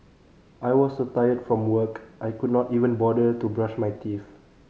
I was so tired from work I could not even bother to brush my teeth